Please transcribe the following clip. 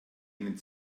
ihnen